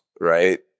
right